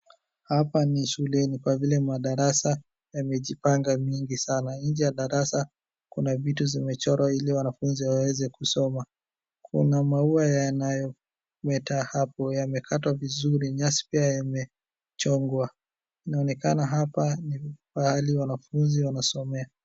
Hapa ni shuleni, kwa vile madarasa yamejipanga mingi sana. Nje ya darasa kuna vitu zimechorwa ili wanafunzi waweze kusoma. Kuna maua yanayo meta hapo, yamekatwa vizuri, nyasi pia yamechongwa. Inaonekana apa ni pahali wanafunzi wanasomea.